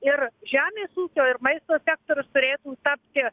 ir žemės ūkio ir maisto sektorius turėtų tapti